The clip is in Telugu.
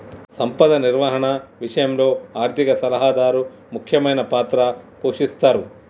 సంపద నిర్వహణ విషయంలో ఆర్థిక సలహాదారు ముఖ్యమైన పాత్ర పోషిస్తరు